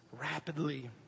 rapidly